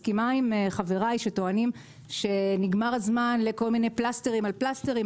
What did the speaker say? אני מסכימה עם חבריי שטוענים שנגמר הזמן לכל מיני פלסטרים על פלסטרים.